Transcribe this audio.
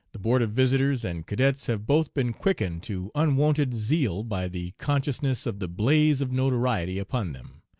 the board of visitors and cadets have both been quickened to unwonted zeal by the consciousness of the blaze of notoriety upon them,